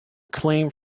acclaim